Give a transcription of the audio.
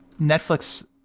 Netflix